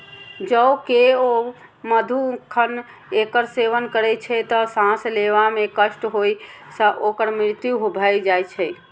जौं केओ मनुक्ख एकर सेवन करै छै, तं सांस लेबा मे कष्ट होइ सं ओकर मृत्यु भए जाइ छै